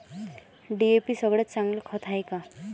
DAP सगळ्यात चांगलं खत हाये का?